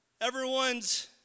Everyone's